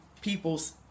people's